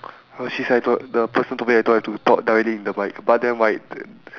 oh shit sia I told the person told me I don't have to talk directly in the mic but then right